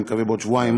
אני מקווה בעוד שבועיים,